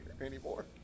anymore